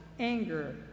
anger